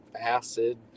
acid